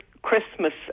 Christmas